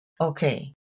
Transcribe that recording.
okay